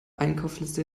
einkaufsliste